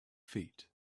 feet